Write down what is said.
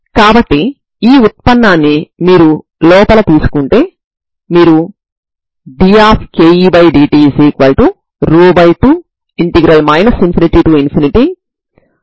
కాబట్టి uxtn1Ancos nπcb a tBnsin nπcb a tsin nπb a మీకు పరిష్కారమవుతుంది